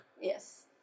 Yes